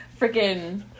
freaking